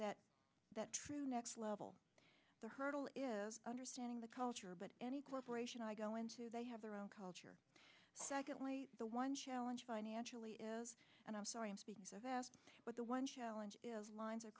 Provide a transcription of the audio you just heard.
that that true next level the hurdle is understanding the culture but any corporation i go into they have their own culture secondly the one challenge financially is and i'm sorry i'm speaking so fast but the one challenge of lines of